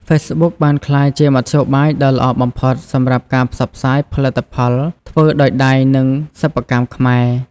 ហ្វេសប៊ុកបានក្លាយជាមធ្យោបាយដ៏ល្អបំផុតសម្រាប់ការផ្សព្វផ្សាយផលិតផលធ្វើដោយដៃនិងសិប្បកម្មខ្មែរ។